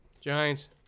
Giants